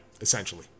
essentially